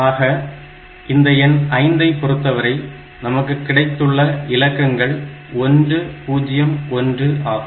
ஆக இந்த எண் 5 ஐ பொறுத்தவரை நமக்கு கிடைத்துள்ள இலக்கங்கள் 101 ஆகும்